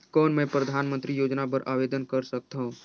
कौन मैं परधानमंतरी योजना बर आवेदन कर सकथव?